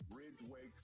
Bridgeway